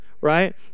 right